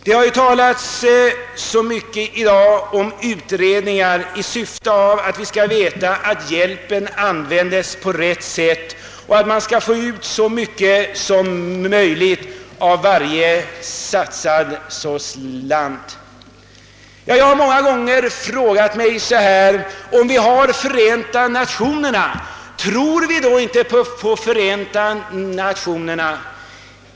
Det har i dag talats så mycket om utredningar för att vi skall veta att hjälpen användes på rätt sätt och för att man skall få ut så mycket som möjligt av varje satsad slant. Jag har många gånger frågat mig: När vi har Förenta Nationerna, tror vi då inte på den örganisationen?